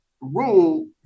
rule